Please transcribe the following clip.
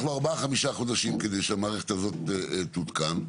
לו ארבעה-חמישה חודשים עד שהמערכת הזאת הותקנה,